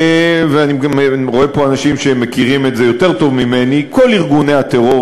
ואני גם רואה פה אנשים שמכירים את זה יותר טוב ממני: כל ארגוני הטרור,